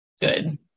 good